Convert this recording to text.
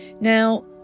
Now